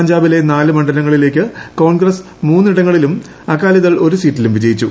പഞ്ചാബിലെ നാല് മണ്ഡലങ്ങളിലേക്ക് കോൺഗ്രസ് മൂന്ന് ഇടങ്ങളിലും അകാലിദൾ ഒരു സീറ്റിലും വിജയിച്ചു